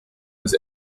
his